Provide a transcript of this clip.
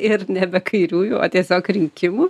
ir nebe kairiųjų o tiesiog rinkimų